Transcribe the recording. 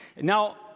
now